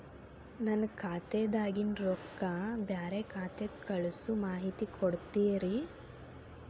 ನನ್ನ ಖಾತಾದಾಗಿನ ರೊಕ್ಕ ಬ್ಯಾರೆ ಖಾತಾಕ್ಕ ಕಳಿಸು ಮಾಹಿತಿ ಕೊಡತೇರಿ?